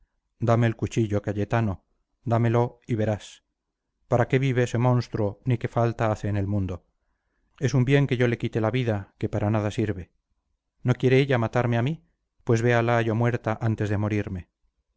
dame el cuchillo cayetano dámelo y verás para qué vive ese monstruo ni qué falta hace en el mundo es un bien que yo le quite la vida que para nada sirve no quiere ella matarme a mí pues véala yo muerta antes de morirme